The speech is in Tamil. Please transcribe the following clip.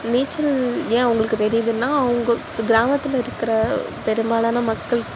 நீச்சல் ஏன் அவங்களுக்கு தெரியுதுன்னால் அவங்க கிராமத்தில் இருக்கிற பெரும்பாலான மக்கள்